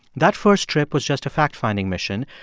that first trip was just a fact-finding mission,